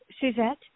Suzette